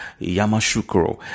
Yamashukuro